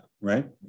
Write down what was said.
right